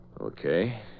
Okay